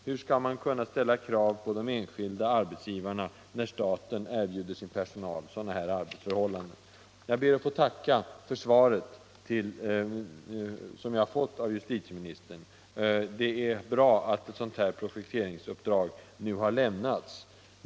Hur skall staten kunna ställa krav på de enskilda arbetsgivarna, när staten själv erbjuder sin personal sådana arbetsförhållanden? Jag ber att få tacka för svaret som jag har fått av justitieministern. Det är bra att ett sådant projekteringsuppdrag nu har lämnats.